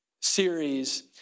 series